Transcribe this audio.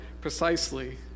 precisely